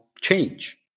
change